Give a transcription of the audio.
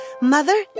Mother